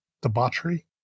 debauchery